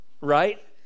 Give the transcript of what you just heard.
Right